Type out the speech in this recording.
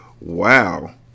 Wow